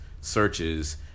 searches